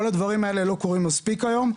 כל הדברים האלה לא קורים מספיק היום,